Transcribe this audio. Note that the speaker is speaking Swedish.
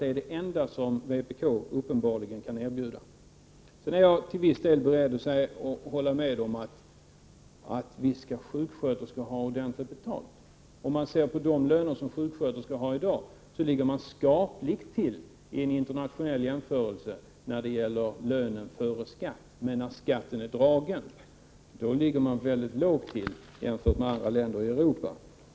Det är det enda som vpk kan 27 april 1989 erbjuda. Jag är till viss del beredd att hålla med om att sjuksköterskor skall ha ordentligt betalt. Om man ser på de löner som sjuksköterskorna i dag har finner man att de vid en internationell jämförelse ligger skapligt till när det gäller lönen före skatt, men när skatten är dragen ligger sjuksköterskelönerna i Sverige väldigt lågt jämfört med andra länder i Europa.